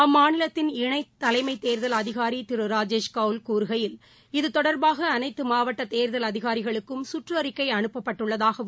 அம்மாநிலத்தின் இணை தலைமை தேர்தல் அதிகாரி திரு ராஜேஷ் கவுல் கூறுகையில் இதுதொடர்பாக அளைத்து மாவட்ட தேர்தல்அதிகாரிகளுக்கும் கற்றறிக்கை அனுப்பப்பட்டுள்ளதாகவும்